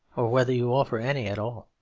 or whether you offer any at all.